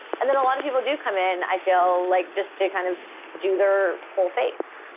and then a lot of people do come in, i feel, like just to kind of do their whole face.